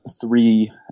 three –